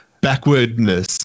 backwardness